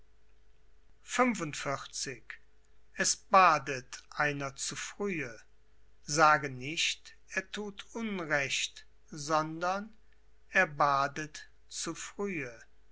es badet einer zu frühe sage nicht er thut unrecht sondern er badet zu frühe